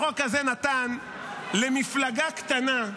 החוק הזה נתן למפלגה קטנה,